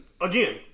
again